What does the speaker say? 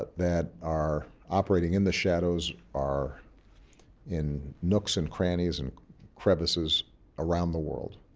that are operating in the shadows, are in nooks and crannies and crevices around the world.